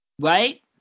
Right